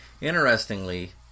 Interestingly